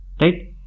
Right